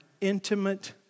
intimate